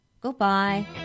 Goodbye